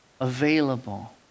available